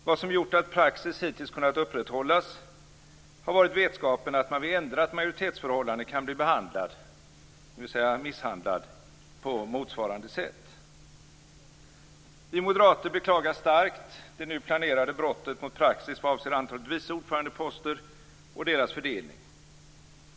Vad som gjort att praxis hittills kunnat upprätthållas har varit vetskapen om att man vid ändrat majoritetsförhållande kan bli behandlad - dvs. misshandlad - på motsvarande sätt. Vi moderater beklagar starkt det nu planerade brottet mot praxis vad avser antalet vice ordförandeposter och deras fördelning.